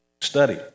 study